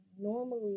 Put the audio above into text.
normally